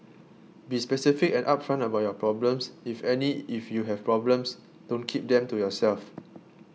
be specific and upfront about your problems if any If you have problems don't keep them to yourself